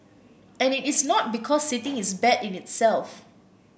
and it is not because sitting is bad in itself